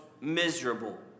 miserable